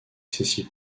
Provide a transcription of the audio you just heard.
cecil